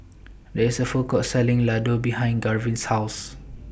There IS A Food Court Selling Ladoo behind Garvin's House